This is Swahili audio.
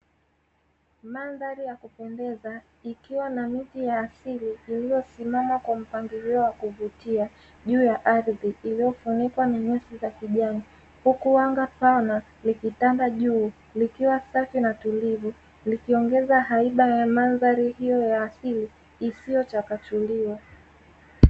Mandhari ya kupendeza ikiwa na miti ya asili iliyosimama kwa mpangilio wa kuvutia juu ya ardhi, iliyofunikwa na nyasi za kijani huku anga pana likitanda juu likiwa safi na tulivu, likiongeza haiba ya mandhari hiyo ya asili isiyo chakachukuliwa.